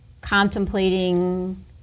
contemplating